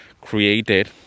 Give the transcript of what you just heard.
created